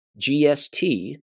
GST